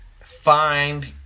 find